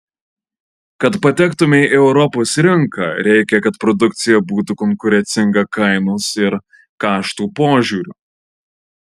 kad patektumei į europos rinką reikia kad produkcija būtų konkurencinga kainos ir kaštų požiūriu